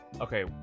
Okay